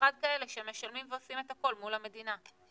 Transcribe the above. במיוחד כאלה שמשלמים ועושים את הכול מול המדינה.